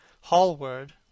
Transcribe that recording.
Hallward